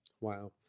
Wow